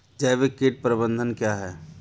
जैविक कीट प्रबंधन क्या है?